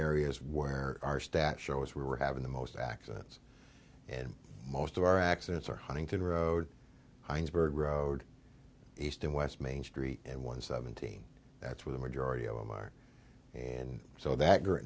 areas where our stats show is we're having the most accidents and most of our accidents are huntington road byrd road east and west main street and one seventeen that's where the majority of them are and so that